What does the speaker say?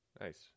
Nice